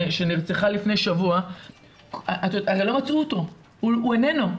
שנרצחה לפני שבוע, לא מצאו אותו, הוא איננו,